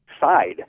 side